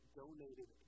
donated